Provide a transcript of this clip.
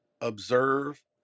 observe